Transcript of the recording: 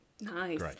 Nice